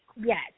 Yes